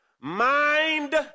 Mind